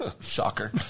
Shocker